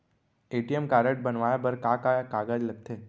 ATM card बनवाये बर का का कागज लगथे?